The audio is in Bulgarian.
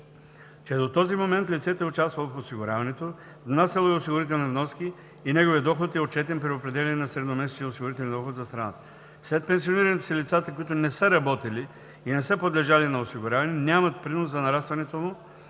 че до този момент лицето е участвало в осигуряването, внасяло е осигурителни вноски и неговият доход е отчетен при определяне на средномесечния осигурителен доход за страната. След пенсионирането си лицата, които не са работили и не са подлежали на осигуряване, нямат принос за нарастването му,